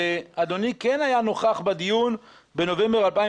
אדוני כן היה נוכח בדיון בנובמבר 2017,